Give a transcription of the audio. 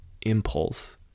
impulse